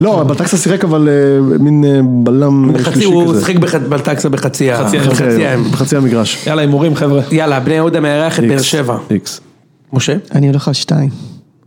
לא, בלטקסה שיחק אבל מין בלם שלישי כזה. בחצי, הוא שיחק בלטקסה בחצי המגרש. יאללה, הימורים חבר'ה. יאללה, בני יהודה מארחת את באר שבע. איקס. משה? אני הולך על שתיים.